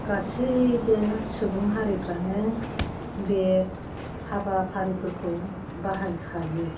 गासैबो सुबुं हारिफ्रानो बे हाबाफारिफोरखौ बाहाय खायो